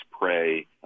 pray